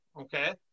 Okay